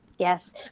Yes